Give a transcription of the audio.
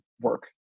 work